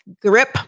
grip